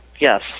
Yes